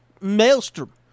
Maelstrom